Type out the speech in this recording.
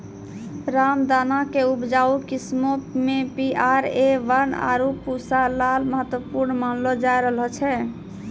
रामदाना के उपजाऊ किस्मो मे पी.आर.ए वन, आरु पूसा लाल महत्वपूर्ण मानलो जाय रहलो छै